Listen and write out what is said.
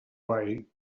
way